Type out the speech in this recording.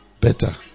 better